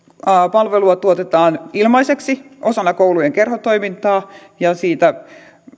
palvelua tuotetaan ilmaiseksi osana koulujen kerhotoimintaa ja siitä